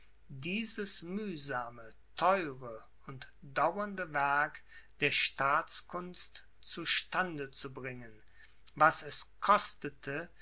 dieses mühsame theure und dauernde werk der staatskunst zu stande zu bringen was es kostete